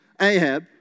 Ahab